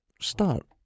Start